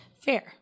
Fair